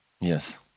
Yes